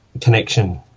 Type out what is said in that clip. connection